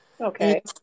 Okay